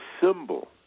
symbol